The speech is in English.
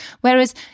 Whereas